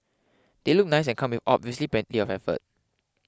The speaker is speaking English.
they look nice and come with obviously plenty of effort